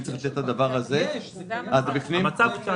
זה קיים.